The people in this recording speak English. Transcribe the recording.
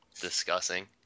discussing